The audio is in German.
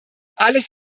alles